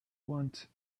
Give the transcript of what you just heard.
want